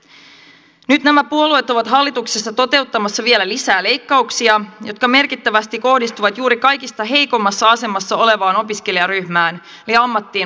nyt nämä puolueet ovat hallituksessa toteuttamassa vielä lisää leikkauksia jotka merkittävästi kohdistuvat juuri kaikista heikoimmassa asemassa olevaan opiskelijaryhmään eli ammattiin opiskeleviin nuoriin